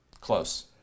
Close